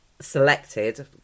selected